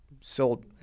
sold